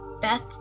Beth